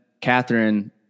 Catherine